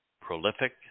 prolific